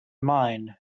mine